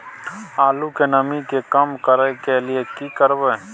आलू के नमी के कम करय के लिये की करबै?